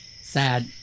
Sad